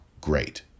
great